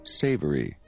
savory